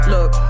Look